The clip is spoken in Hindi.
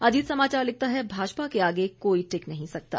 अजीत समाचार लिखता है भाजपा के आगे कोई टिक नहीं सकता